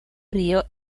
río